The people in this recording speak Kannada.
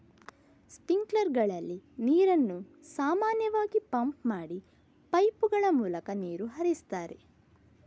ಸ್ಪ್ರಿಂಕ್ಲರ್ ನಲ್ಲಿ ನೀರನ್ನು ಸಾಮಾನ್ಯವಾಗಿ ಪಂಪ್ ಮಾಡಿ ಪೈಪುಗಳ ಮೂಲಕ ನೀರು ಹರಿಸ್ತಾರೆ